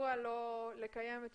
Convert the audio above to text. מדוע לא לקיים את